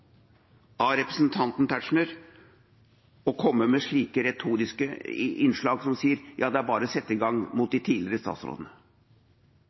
av representanten Tetzschner å komme med slike retoriske innslag som å si: Ja, det er bare å sette i gang mot de tidligere statsrådene.